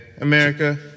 America